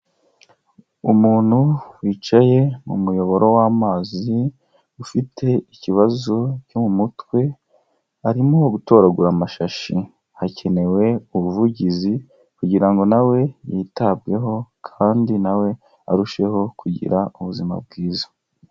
Umuntu wicaye mu muyoboro w'amazi, ufite ikibazo cyo mu mutwe, arimo gutoragura amashashi, hakenewe ubuvugizi kugira ngo na we yitabweho kandi na we arusheho kugira ubuzima bwiza.